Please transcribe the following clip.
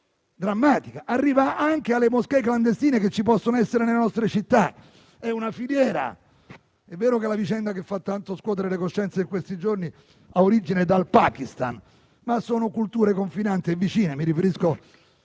drammatica, arriva anche alle moschee clandestine che ci possono essere nelle nostre città: è una filiera. È vero che la vicenda che fa tanto scuotere le coscienze in questi giorni ha origine dal Pakistan, ma sono culture confinanti e vicine. Mi riferisco,